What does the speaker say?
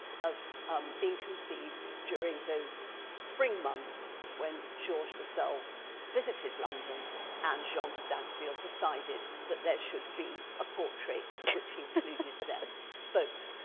have been conceived during those spring months when georges de selve visited london and jean de dinteville decided that there should be a portrait which included them both.